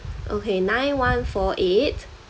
okay nine one four eight